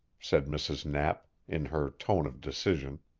said mrs. knapp, in her tone of decision.